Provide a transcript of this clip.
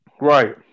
Right